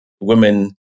women